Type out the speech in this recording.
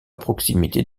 proximité